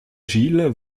gilles